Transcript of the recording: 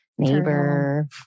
neighbor